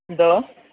എന്തോ